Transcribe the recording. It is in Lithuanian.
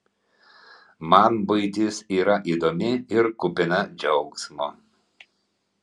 man buitis yra įdomi ir kupina džiaugsmo